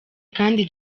kandi